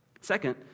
Second